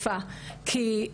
אז בואו נזדרז.